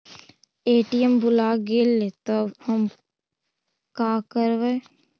ATM भुला गेलय तब हम काकरवय?